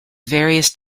various